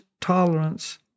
tolerance